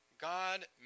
God